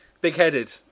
Big-headed